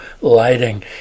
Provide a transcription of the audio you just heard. lighting